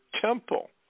temple